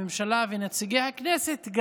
הממשלה ונציגי הכנסת,